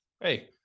Hey